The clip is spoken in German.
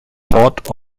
port